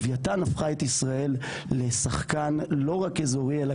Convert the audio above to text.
לווייתן הפכה את ישראל לשחקן לא רק אזורי אלא